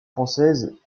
française